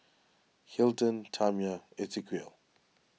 Hilton Tamya Esequiel